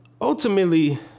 ultimately